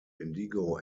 indigo